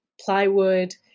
plywood